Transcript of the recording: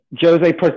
Jose